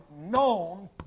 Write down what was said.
known